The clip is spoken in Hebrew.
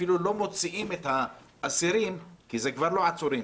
אפילו לא מוציאים את האסירים כי אלה כבר לא עצורים,